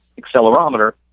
accelerometer